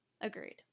Agreed